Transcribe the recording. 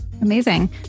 Amazing